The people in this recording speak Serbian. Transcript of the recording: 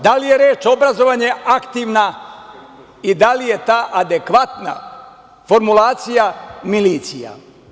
Da li je reč „obrazovanje“ aktivna i da li je ta adekvatna formulacija – milicija.